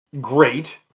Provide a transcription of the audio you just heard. great